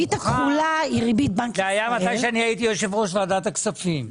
זה היה כשהייתי יושב-ראש ועדת הכספים.